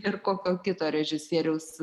ir kokio kito režisieriaus